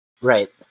Right